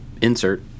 insert